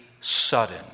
sudden